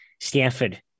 Stanford